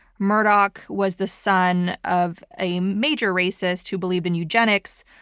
murdoch was the son of a major racist who believed in eugenics,